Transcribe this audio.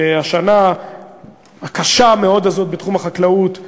שהשנה הקשה מאוד הזו בתחום החקלאות,